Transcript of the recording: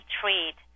treat